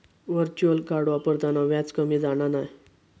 virtual card वापरताना व्याज कमी जाणा नाय